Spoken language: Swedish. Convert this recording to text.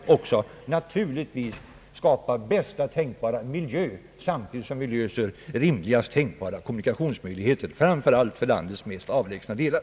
Givetvis skall vi sträva efter att skapa bästa möjliga miljö samtidigt som vi löser uppgiften att ordna rimliga kommunikationsmöjligheter, framför allt för landets mest avlägsna delar.